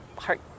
heart